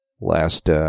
last